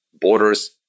borders